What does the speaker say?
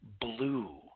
blue